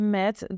met